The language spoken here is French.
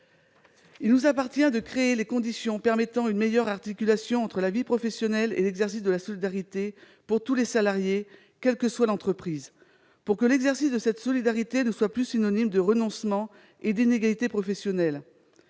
Il nous appartient de créer les conditions d'une meilleure articulation entre vie professionnelle et exercice de la solidarité pour tous les salariés, quelle que soit l'entreprise, afin que celui-ci ne soit plus synonyme de renoncement et d'inégalité professionnelle.